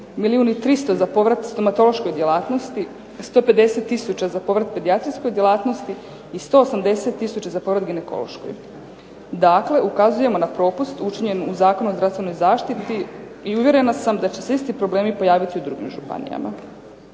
i 300 za povrat stomatološkoj djelatnosti, 150 tisuća za povrat pedijatrijskoj djelatnosti i 180 tisuća za povrat ginekološkoj. Dakle, ukazujemo na propust učinjen u Zakonu o zdravstvenoj zaštiti i uvjerena sam da će se isti problemi pojaviti i u drugim županijama.